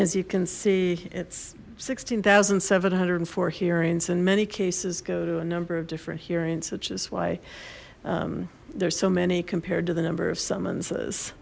as you can see it's sixteen thousand seven hundred and four hearings in many cases go to a number of different hearings such as why there's so many compared to the number of summonses